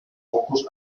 pocos